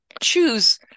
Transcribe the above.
choose